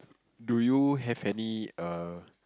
do you have any err